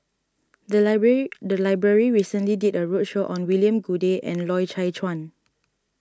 the library the library recently did a roadshow on William Goode and Loy Chye Chuan